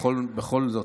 בכל זאת,